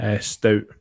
stout